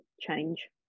change